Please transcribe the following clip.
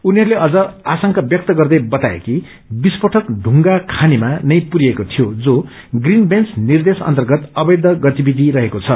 उनीहरूले अझ आंशका व्यक्त गर्दै बताए कि विस्फोटक ढुंगा खानीमा नै पुरिएको थियो जो ग्रीन बेंच निर्देश अर्न्तगत अवैष गतिविधि रहेको छ